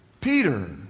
Peter